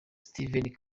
steven